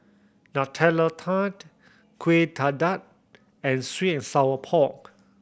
Nutella Tart Kueh Dadar and sweet and sour pork